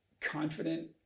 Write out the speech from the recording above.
confident